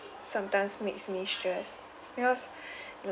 sometimes makes me stress because